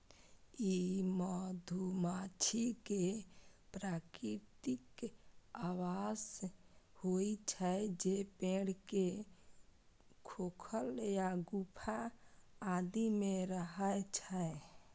ई मधुमाछी के प्राकृतिक आवास होइ छै, जे पेड़ के खोखल या गुफा आदि मे रहै छै